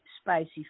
spicy